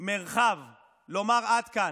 מרחב לומר: עד כאן.